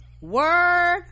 Word